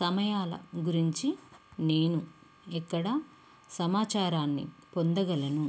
సమయాల గురించి నేను ఎక్కడ సమాచారాన్ని పొందగలను